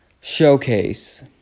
Showcase